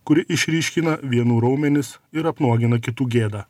kuri išryškina vienų raumenis ir apnuogina kitų gėdą